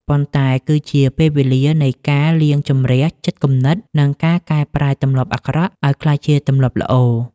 ប៉ុន្តែគឺជាពេលវេលានៃការលាងជម្រះចិត្តគំនិត និងការកែប្រែទម្លាប់អាក្រក់ឱ្យក្លាយជាទម្លាប់ល្អ។